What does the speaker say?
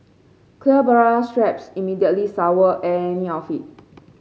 clear bra straps immediately sour any outfit